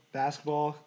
basketball